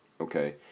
okay